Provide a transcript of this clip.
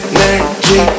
Energy